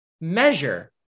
measure